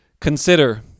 Consider